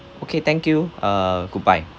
okay thank you goodbye